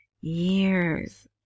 years